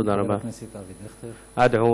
תודה רבה.) תודה רבה.